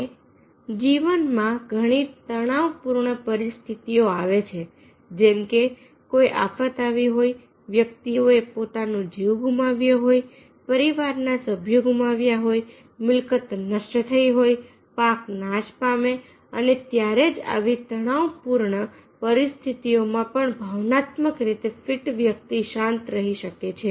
અને જીવનમાં ઘણી તણાવપૂર્ણ પરિસ્થિતિઓ આવે છે જેમ કે કોઈ આફત આવી હોય વ્યક્તિઓએ પોતાનો જીવ ગુમાવ્યો હોય પરિવારના સભ્યો ગુમાવ્યા હોય મિલકત નષ્ટ થઈ હોય પાક નાશ પામે અને ત્યારે જ આવી તણાવપૂર્ણ પરિસ્થિતિઓમાં પણ ભાવનાત્મક રીતે ફિટ વ્યક્તિ શાંત રહી શકે છે